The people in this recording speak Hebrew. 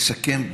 נסכם,